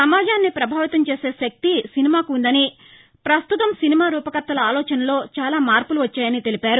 సమాజాన్ని పభావితం చేసే శక్తి సినిమాకు ఉందని ప్రస్తుతం సినిమా రూపకర్తల ఆలోచనల్లో చాలా మార్పులు వచ్చాయని తెలిపారు